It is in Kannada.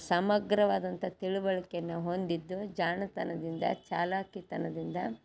ಸಮಗ್ರವಾದಂಥ ತಿಳುವಳ್ಕೆನ ಹೊಂದಿದ್ದು ಜಾಣತನದಿಂದ ಚಾಲಾಕಿತನದಿಂದ